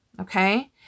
okay